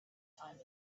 time